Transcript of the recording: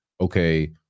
okay